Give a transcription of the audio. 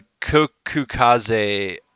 Kokukaze